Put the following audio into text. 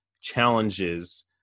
challenges